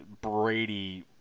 Brady